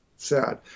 Sad